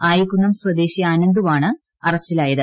ആയ്പിക്കു്ന്നം സ്വദേശി അനന്തു വാണ് അറസ്റ്റിലായത്